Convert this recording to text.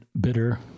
Bitter